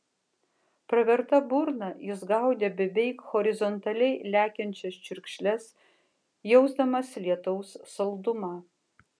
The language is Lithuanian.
praverta burna jis gaudė beveik horizontaliai lekiančias čiurkšles jausdamas lietaus saldumą